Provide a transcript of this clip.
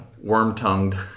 worm-tongued